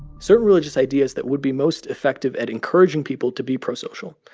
certain religious ideas that would be most effective at encouraging people to be prosocial,